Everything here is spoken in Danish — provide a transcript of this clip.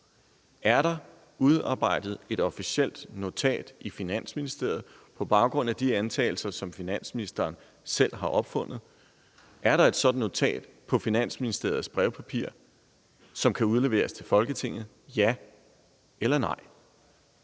Er der udarbejdet et officielt notat i Finansministeriet på baggrund af de antagelser, som finansministeren selv har opfundet? Er der et sådant notat skrevet på Finansministeriets brevpapir, som kan udleveres til Folketinget – ja eller nej?